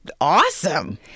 awesome